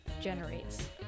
generates